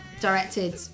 directed